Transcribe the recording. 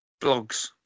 blogs